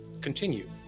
continue